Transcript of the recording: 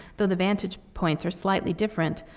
though the vantage points are slightly different,